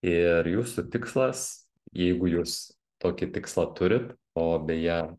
ir jūsų tikslas jeigu jūs tokį tikslą turit o beje